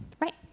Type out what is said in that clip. right